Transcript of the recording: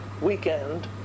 weekend